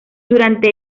durante